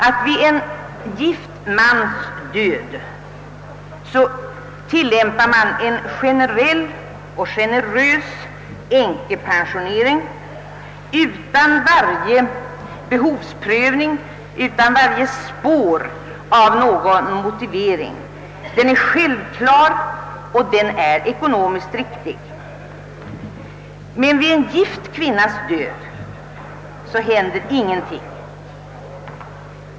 Vid en gift mans död tillämpar man en generell och generös änkepensionering utan varje behovsprövning och utan varje spår av motivering. Den är självklar och ekonomiskt riktig. Vid en gift kvinnas död händer däremot ingenting.